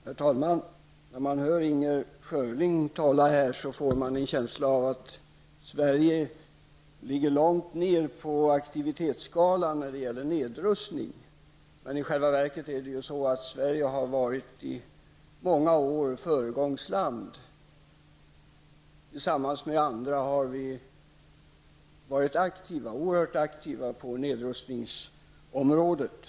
Herr talman! När man hör Inger Schörling tala här får man en känsla av att Sverige ligger långt nere på aktivitetsskalan när det gäller nedrustning. Men i själva verket har Sverige i många år varit föregångsland. Tillsammans med andra har Sverige varit oerhört aktivt på nedrustningsområdet.